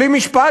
בלי משפט,